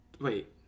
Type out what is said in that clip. wait –